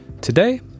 Today